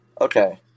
Okay